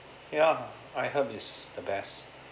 ya I heard it's the best